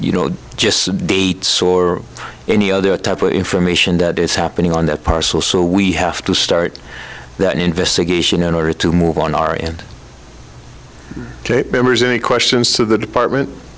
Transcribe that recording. you know just dates or any other type of information that is happening on that parcel so we have to start that investigation in order to move on our end members any questions to the department